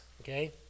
okay